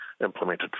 implemented